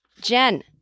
Jen